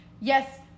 yes